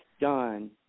done